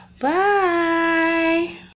Bye